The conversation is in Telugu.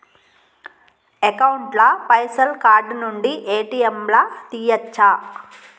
అకౌంట్ ల పైసల్ కార్డ్ నుండి ఏ.టి.ఎమ్ లా తియ్యచ్చా?